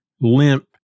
limp